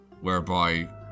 whereby